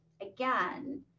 again